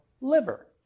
liver